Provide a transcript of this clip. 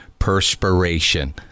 Perspiration